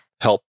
help